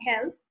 health